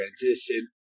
transition